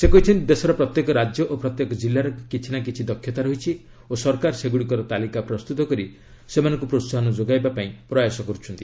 ସେ କହିଛନ୍ତି ଦେଶର ପ୍ରତ୍ୟେକ ରାଜ୍ୟ ଓ ପ୍ରତ୍ୟେକ ଜିଲ୍ଲାର କିଛି ନା କିଛି ଦକ୍ଷତା ରହିଛି ଓ ସରକାର ସେଗୁଡ଼ିକର ତାଲିକା ପ୍ରସ୍ତୁତ କରି ସେମାନଙ୍କୁ ପ୍ରୋହାହନ ଯୋଗାଇବା ପାଇଁ ପ୍ରୟାସ କରୁଛନ୍ତି